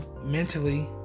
mentally